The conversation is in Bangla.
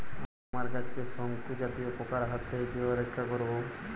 আমার গাছকে শঙ্কু জাতীয় পোকার হাত থেকে কিভাবে রক্ষা করব?